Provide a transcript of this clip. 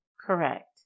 correct